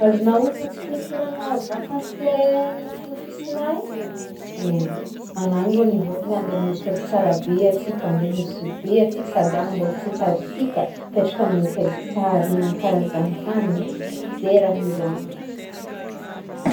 Azognao hognogno atsika nikoragna vakansy le le nofinofisigna igny ôh, oh hoy agna rô nivolagna ande amin'ny hotely tsara be atsika, ande Nosy Be antsika, sady any mbola tsitatsika, mipetraka amin'ny hotely tsara, ihignagna karazankagnigny e he ze raha milamigna e.